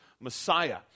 Messiah